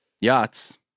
yachts